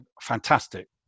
Fantastic